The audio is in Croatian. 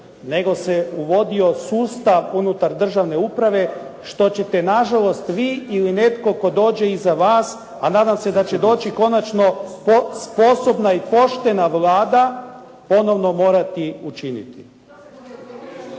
nego se uvodio sustav unutar državne uprave što ćete nažalost vi ili netko tko dođe iza vas a nadam se da će doći konačno sposobna i poštena Vlada ponovno morati učiniti.